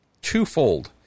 twofold